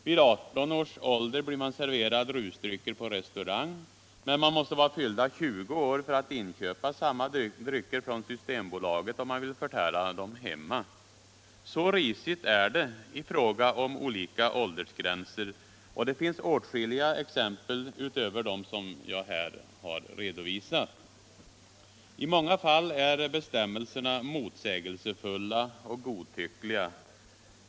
Vid 18 års ålder blir man serverad rusdrycker på restaurang, men man måste vara fyllda 20 år för att få inköpa samma drycker från systembolaget om man vill förtära dem hemma. Så risigt är det i fråga om olika åldergränser, och det finns åtskilliga exempel utöver dem som jag här har redovisat. I många fall är bestämmelserna motsägelsefulla och godtyckliga.